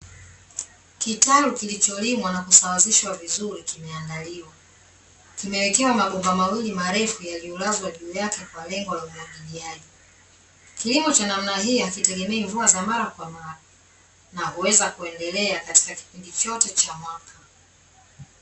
Kitalu kilicholimwa na kusawazishwa vizuri kimeandaliwa. Kimewekewa mabomba mawili marefu yaliyolazwa juu yake kwa lengo la umwagiliaji. Kilimo cha namna hii hakitegemei mvua za mara kwa mara na huweza kuendelea katika kipindi chote cha mwaka.